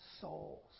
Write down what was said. souls